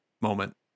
moment